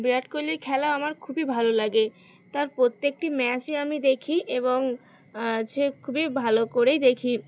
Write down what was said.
বিরাট কোহলির খেলা আমার খুবই ভালো লাগে তার প্রত্যেকটি ম্যাচই আমি দেখি এবং সে খুবই ভালো করেই দেখি